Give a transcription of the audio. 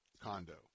condo